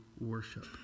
worship